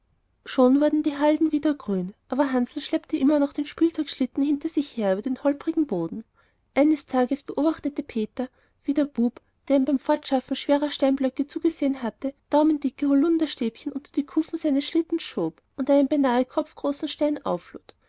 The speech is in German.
schon wurden die halden wieder grün aber hansl schleppte noch immer den spielzeugschlitten hinter sich her über den holprigen boden eines tages beobachtete peter wie der bub der ihm beim fortschaffen schwerer steinblöcke zugesehen hatte daumendicke holunderstäbchen unter die kufen seines schlittens schob und einen beinahe kopfgroßen stein auflud